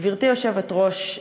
גברתי היושבת-ראש,